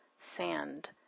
sand